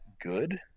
good